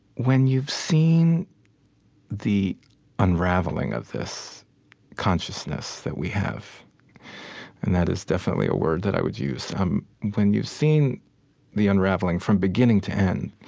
when you've seen the unraveling of this consciousness that we have and that is definitely a word that i would use um when you've seen the unraveling from beginning to end,